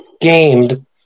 gamed